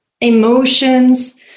emotions